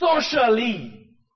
socially